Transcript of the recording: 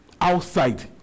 outside